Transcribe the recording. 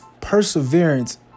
perseverance